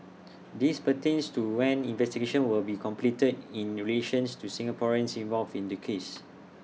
this pertains to when investigations will be completed in relations to the Singaporeans involved in the case